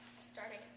starting